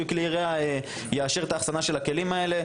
כלי ירייה יאשר את האחסנה של הכלים האלה,